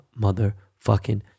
motherfucking